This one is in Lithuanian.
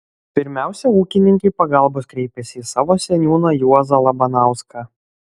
pirmiausia ūkininkai pagalbos kreipėsi į savo seniūną juozą labanauską